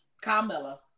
camilla